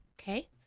Okay